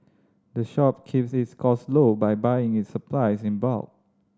the shop keeps its cost low by buying its supplies in bulk